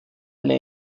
eine